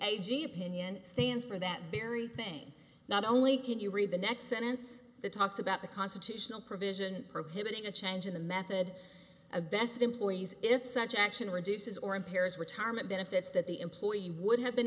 g opinion stands for that very thing not only can you read the next sentence that talks about the constitutional provision prohibiting a change in the method of best employees if such action reduces or impairs retirement benefits that the employee would have been